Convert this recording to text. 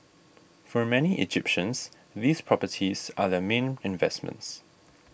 for many Egyptians these properties are their main investments